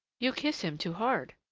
you kiss him too hard,